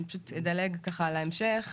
אני פשוט אדלג ככה על ההמשך,